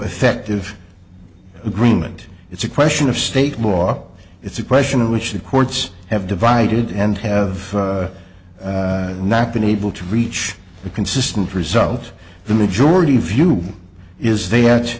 effective agreement it's a question of state law it's a question of which the courts have divided and have not been able to reach a consistent result the majority view is th